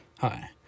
Hi